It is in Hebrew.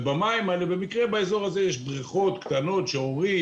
ובמים האלה במקרה באזור הזה יש בריכות קטנות שהורים,